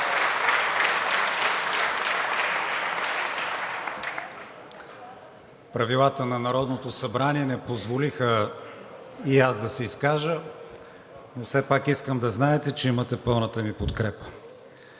Правилата на Народното събрание не позволиха и аз да се изкажа, но все пак искам да знаете, че имате пълната ми подкрепа.